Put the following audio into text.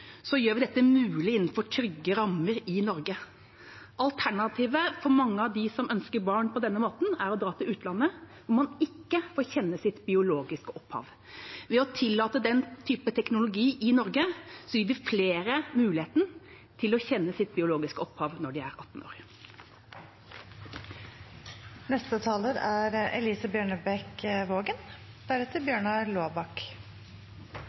gjør vi dette mulig innenfor trygge rammer i Norge. Alternativet for mange av dem som ønsker barn på denne måten, er å dra til utlandet, hvor man ikke får kjenne sitt biologiske opphav. Ved å tillate den type teknologi i Norge gir vi flere muligheten til å kjenne sitt biologiske opphav når de er 18